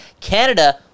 Canada